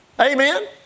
Amen